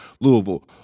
Louisville